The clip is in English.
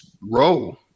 roll